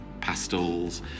pastels